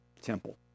temple